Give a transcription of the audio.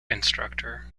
instructor